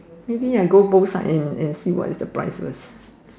maybe I go both side and and see what is the price first